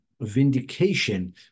vindication